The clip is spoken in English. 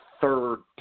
third